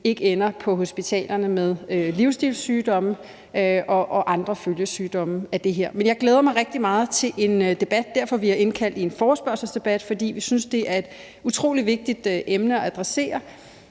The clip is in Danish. ikke ender på hospitalet med livsstilssygdomme og andre følgesygdomme på grund af det her. Jeg glæder mig rigtig meget til en debat, og det er derfor, vi har indkaldt til en forespørgselsdebat – fordi vi synes, det er et utrolig vigtigt emne at adressere.